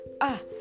Ah